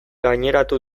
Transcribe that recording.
gaineratu